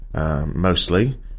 mostly